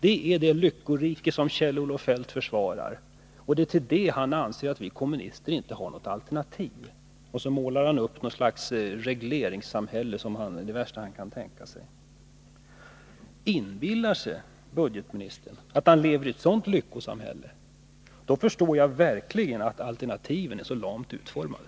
Det är det lyckorike som Kjell-Olof Feldt försvarar, och det är till det som han anser att vi kommunister inte har något alternativ, och så målar han upp något slags regleringssamhälle som verkar vara det värsta han kan tänka sig. Inbillar sig ekonomioch budgetministern att han lever i ett sådant lyckosamhälle, förstår jag verkligen att alternativen är så lamt utformade.